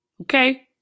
Okay